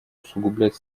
усугублять